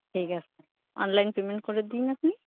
ঠিক আছে online payment করে দিন আপনি